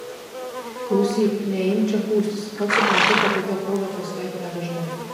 klausyk neimk čia pūstis pats supranti kad tokia proga pasitaiko nedažnai